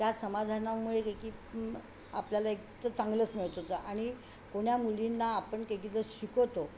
त्या समाधानामुळे काय की आपल्याला एक तर चांगलंच मिळत होतं आणि कोण्या मुलींना आपण काय की जर शिकवतो